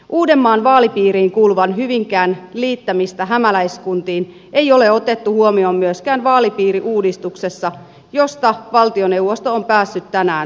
uudenmaan vaalipiiriin kuuluvan hyvinkään liittämistä hämäläiskuntiin ei ole otettu huomioon myöskään vaalipiiriuudistuksessa josta valtioneuvosto on päässyt tänään sopuun